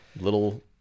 Little